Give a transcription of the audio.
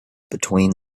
between